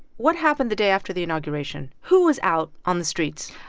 what happened the day after the inauguration? who was out on the streets?